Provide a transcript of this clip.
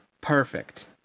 Perfect